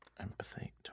empathy